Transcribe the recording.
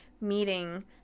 meeting